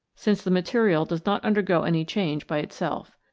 since the material does not undergo any change by itself.